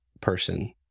person